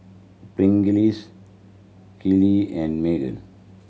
Pringles Kiehl and Megan